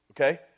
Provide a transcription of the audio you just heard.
okay